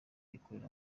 ikorera